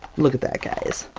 look at that guys!